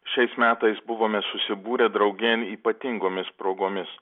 šiais metais buvome susibūrę draugėn ypatingomis progomis